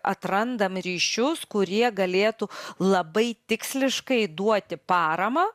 atrandam ryšius kurie galėtų labai tiksliškai duoti paramą